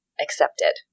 accepted